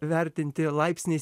vertinti laipsniais